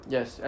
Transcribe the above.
Yes